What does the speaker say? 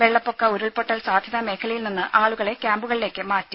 വെള്ളപ്പൊക്ക ഉരുൾപൊട്ടൽ സാധ്യതാ മേഖലയിൽ നിന്ന് ആളുകളെ ക്യാമ്പുകളിലേക്ക് മാറ്റി